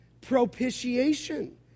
propitiation